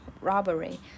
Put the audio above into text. robbery